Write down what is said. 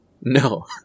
No